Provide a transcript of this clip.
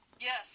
Yes